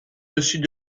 dessus